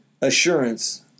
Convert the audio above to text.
assurance